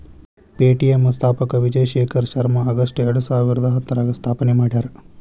Paytm ಸ್ಥಾಪಕ Vijay Shekhar Sharma August ಎರಡಸಾವಿರದ ಹತ್ತರಾಗ ಸ್ಥಾಪನೆ ಮಾಡ್ಯಾರ